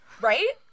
right